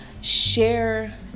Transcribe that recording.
share